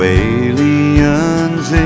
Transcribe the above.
aliens